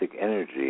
energy